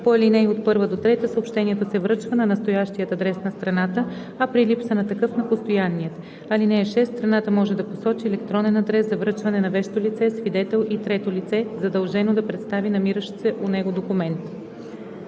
връчване по ал. 1 – 3, съобщението се връчва на настоящия адрес на страната, а при липса на такъв – на постоянния. (6) Страната може да посочи електронен адрес за връчване на вещо лице, свидетел и трето лице, задължено да представи намиращ се у него документ.“